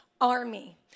army